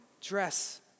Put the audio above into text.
dress